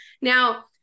now